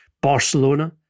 Barcelona